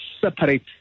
separate